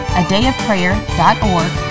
adayofprayer.org